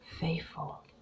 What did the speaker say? faithful